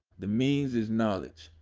the means is knowledge.